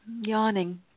yawning